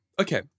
okay